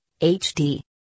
HD